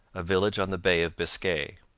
a village on the bay of biscay.